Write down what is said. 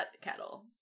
kettle